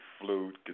flute